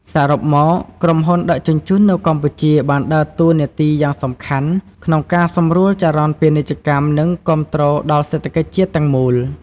សរុបមក ក្រុមហ៊ុនដឹកជញ្ជូននៅកម្ពុជាបានដើរតួនាទីយ៉ាងសំខាន់ក្នុងការសម្រួលចរន្តពាណិជ្ជកម្មនិងគាំទ្រដល់សេដ្ឋកិច្ចជាតិទាំងមូល។